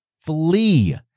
flee